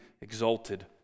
exalted